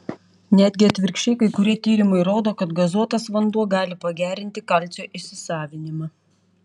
netgi atvirkščiai kai kurie tyrimai rodo kad gazuotas vanduo gali pagerinti kalcio įsisavinimą